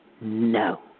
no